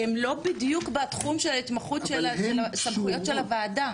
שהן לא בדיוק בתחום ההתמחות והסמכויות של הוועדה.